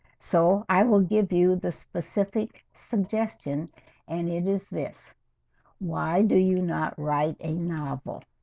so i will give you the specific suggestion and it is this why do you not write a novel?